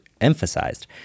emphasized